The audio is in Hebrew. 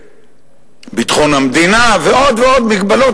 בביטחון המדינה, ועוד ועוד מגבלות.